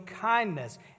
kindness